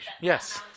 Yes